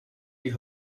die